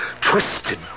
twisted